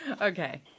Okay